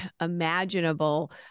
imaginable